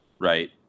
Right